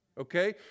Okay